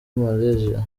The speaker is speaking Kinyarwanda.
malaysia